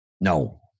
No